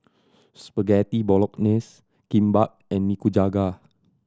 Spaghetti Bolognese Kimbap and Nikujaga